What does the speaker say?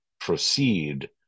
proceed